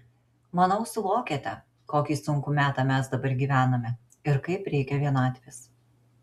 manau suvokiate kokį sunkų metą mes dabar gyvename ir kaip reikia vienatvės